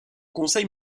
conseil